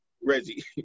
Reggie